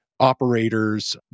operators